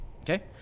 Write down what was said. Okay